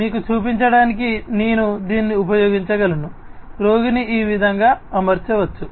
మీకు చూపించడానికి నేను దీన్ని ఉపయోగించగలను రోగిని ఈ విధంగా అమర్చవచ్చు